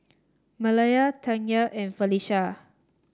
Malaya Tanya and Felisha